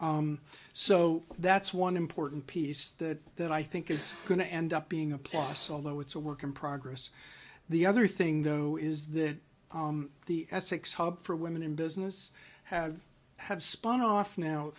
there so that's one important piece that that i think is going to end up being a plus although it's a work in progress the other thing though is that the essex hub for women in business have have spun off now